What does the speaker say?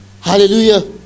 Hallelujah